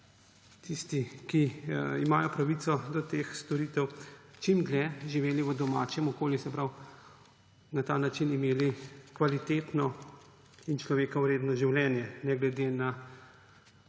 tisti, ki imajo pravico do teh storitev, čim dlje živeli v domačem okolju in na ta način imeli kvalitetno in človeka vredno življenje, ne glede na